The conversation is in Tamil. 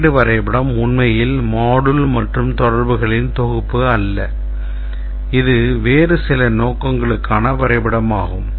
ஸ்லைடு வரைபடம் உண்மையில் module மற்றும் தொடர்புகளின் தொகுப்பு அல்ல இது வேறு சில நோக்கங்களுக்கான வரைபடமாகும்